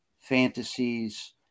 fantasies